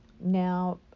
now